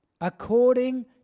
according